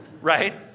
right